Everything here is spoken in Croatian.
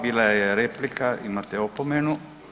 Bila je replika, imate opomenu.